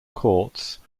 courts